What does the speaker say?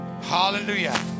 Hallelujah